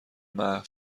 محو